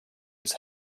its